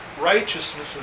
righteousness